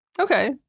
Okay